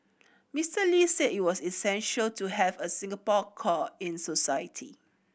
Mister Lee said it was essential to have a Singapore core in society